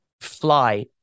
fly